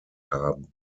haben